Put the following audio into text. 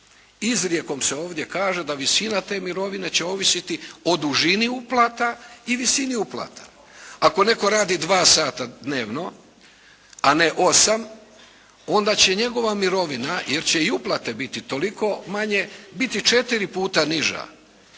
Izrijekom se ovdje kaže da visina te mirovine će ovisiti o dužini uplata i visini uplata. Ako netko radi dva sata dnevno a ne osam onda će njegova mirovina jer će i uplate biti toliko manje biti četiri puta niža